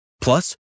Plus